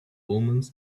omens